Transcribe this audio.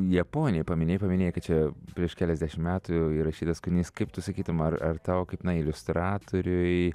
japoniją paminėjai paminėjai kad čia prieš keliasdešim metų įrašytas kūrinys kaip tu sakytum ar ar tau kaip na iliustratoriui